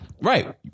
Right